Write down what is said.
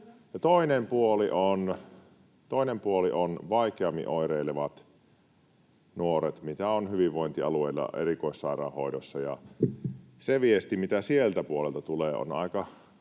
Toinen puoli on vaikeammin oireilevat nuoret, joita on hyvinvointialueilla erikoissairaanhoidossa. Se viesti, mikä siltä puolelta tulee, on aika